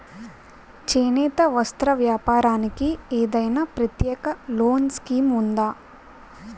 చేనేత వస్త్ర వ్యాపారానికి ఏదైనా ప్రత్యేక లోన్ స్కీం ఉందా?